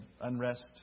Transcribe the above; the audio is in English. unrest